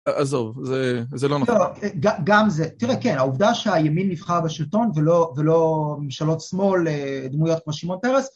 עזוב, זה לא נכון. גם זה, תראה, כן, העובדה שהימין נבחר בשלטון ולא ממשלת שמאל, דמויות כמו שמעון פרס,